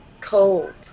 cold